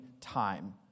time